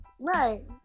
Right